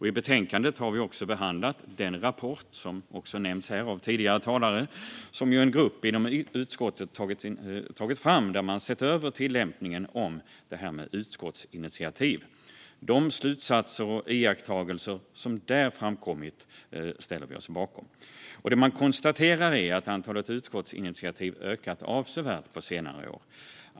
I betänkandet har vi också behandlat den rapport som nämnts av tidigare talare och som en grupp i utskottet tagit fram. Man har i den sett över tillämpningen av utskottsinitiativ. De slutsatser och iakttagelser som där framkommit ställer vi oss bakom. Det man konstaterar är att antalet utskottsinitiativ har ökat avsevärt på senare år.